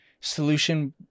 solution